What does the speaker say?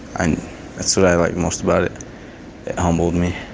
and that's what i like most about it. it humbled me.